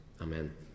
Amen